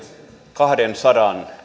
kahdensadan